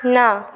না